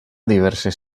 diverses